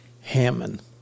Hammond